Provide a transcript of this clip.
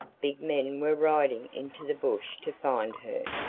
big men were riding into the bush to find her,